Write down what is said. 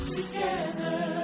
together